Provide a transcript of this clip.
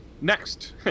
Next